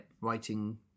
writing